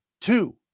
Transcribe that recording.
two